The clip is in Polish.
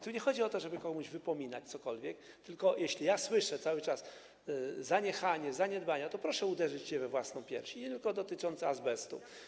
Tu nie chodzi o to, żeby komuś wypominać cokolwiek, tylko jeśli ja słyszę cały czas: zaniechanie, zaniedbania, to proszę, by uderzyć się we własną pierś, i nie tylko w sprawach dotyczących azbestu.